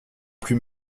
plus